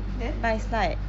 then